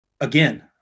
again